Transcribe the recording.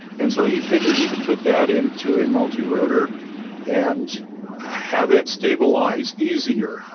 and so he figured he could put that into a multi-rotor and have it stabilized easier.